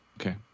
Okay